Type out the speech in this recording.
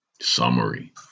Summary